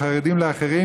לחרדים ולאחרים,